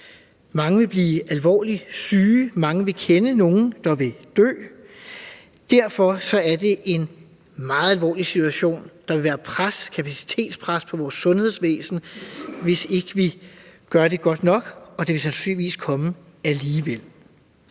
mange vil blive alvorligt syge, mange vil kende nogle, der vil dø. Derfor er det en meget alvorlig situation. Der vil være et kapacitetspres på vores sundhedsvæsen, hvis vi ikke gør det godt nok, og det vil der sandsynligvis komme alligevel.